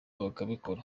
bakabikora